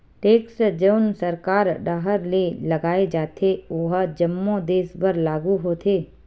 tax जउन सरकार डाहर ले लगाय जाथे ओहा जम्मो देस बर लागू होथे